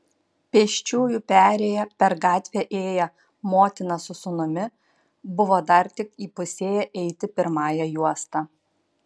pėsčiųjų perėja per gatvę ėję motina su sūnumi buvo dar tik įpusėję eiti pirmąja juosta